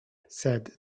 said